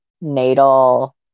natal